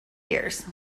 years